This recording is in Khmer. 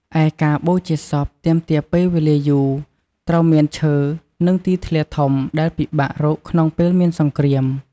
ឯការបូជាសពទាមទារពេលវេលាយូរ ត្រូវមានឈើ និងទីធ្លាធំ ដែលពិបាករកក្នុងពេលមានសង្គ្រាម។